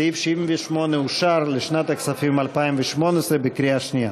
סעיף 78 אושר לשנת הכספים 2018 בקריאה שנייה.